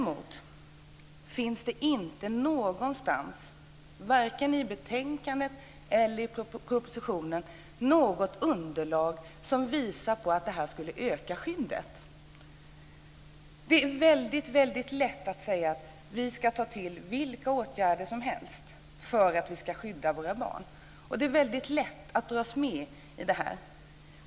Men inte någonstans, vare sig i betänkandet eller i propositionen, finns det ett underlag som visar att det här skulle öka skyddet. Det är väldigt lätt att säga att vi ska ta till vilka åtgärder som helst för att skydda våra barn - det är väldigt lätt att dras med i detta.